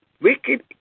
wicked